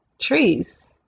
trees